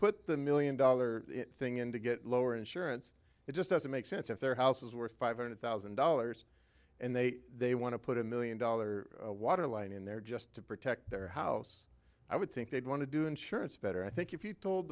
put the million dollar thing in to get lower insurance it just doesn't make sense if their house is worth five hundred thousand dollars and they they want to put a million dollar waterline in there just to protect their house i would think they'd want to do insurance better i think if you told